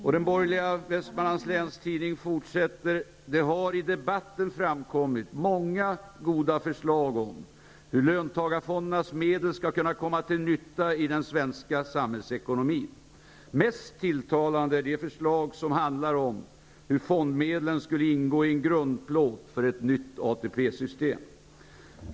Och den borgerliga Västmanlands Läns Tidning fortsätter: ''Det har i debatten framkommit många goda förslag om hur löntagarfondernas medel skall kunna komma till nytta i den svenska samhällsekonomin. Mest tilltalande är de förslag som handlar om hur fondmedlen skulle ingå i en grundplåt för ett nytt ATP-system.